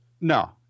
No